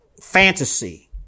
fantasy